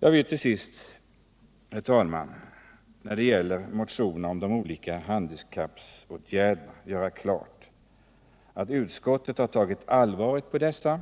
Jag vill till sist, herr talman, när det gäller motionerna om handikappåtgärder göra klart att utskottet har tagit allvarligt på dessa,